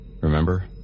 Remember